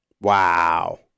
Wow